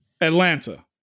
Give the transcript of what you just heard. Atlanta